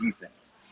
defense